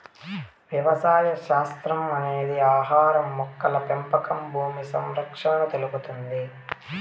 వ్యవసాయ శాస్త్రం అనేది ఆహారం, మొక్కల పెంపకం భూమి సంరక్షణను తెలుపుతుంది